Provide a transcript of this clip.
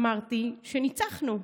אמרתי שניצחנו.